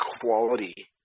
quality